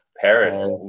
Paris